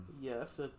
Yes